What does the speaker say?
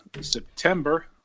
September